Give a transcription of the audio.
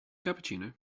cappuccino